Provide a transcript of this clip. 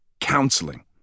counseling